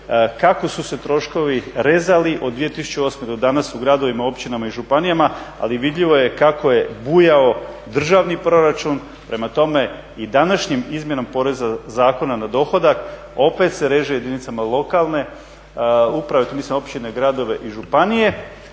kako su se troškovi rezali od 2008. do danas u gradovima, općinama i županijama. Ali vidljivo je i kako je bujao državni proračun. Prema tome i današnjom izmjenom Zakona o porezu na dohodak opet se reže jedinicama lokalne uprave tu mislim na općine, gradove i županije.